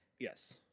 Yes